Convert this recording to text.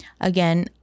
again